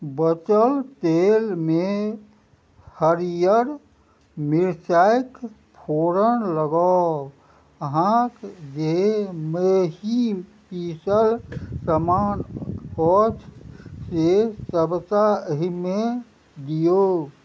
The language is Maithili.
बचल तेलमे हरिअर मेरचाइके फोरन लगाउ अहाँके जे मेही पीसल समान अछि से सबटा एहिमे दिऔ